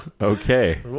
Okay